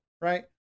right